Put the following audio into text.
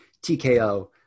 TKO